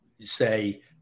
say